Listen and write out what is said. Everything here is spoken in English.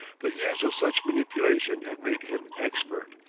but years of such manipulation had made him expert,